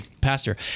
pastor